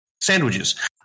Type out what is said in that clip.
sandwiches